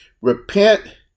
repent